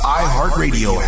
iHeartRadio